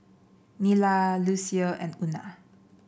Nila Lucio and Una